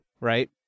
right